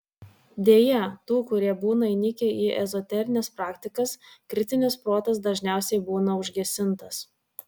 deja tų kurie būna įnikę į ezoterines praktikas kritinis protas dažniausiai būna užgesintas